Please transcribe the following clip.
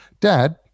Dad